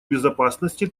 безопасности